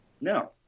No